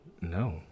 No